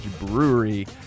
Brewery